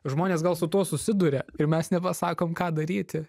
žmonės gal su tuo susiduria ir mes neva sakom ką daryti